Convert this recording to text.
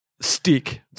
Stick